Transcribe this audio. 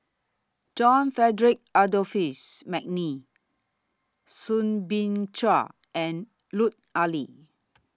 John Frederick Adolphus Mcnair Soo Bin Chua and Lut Ali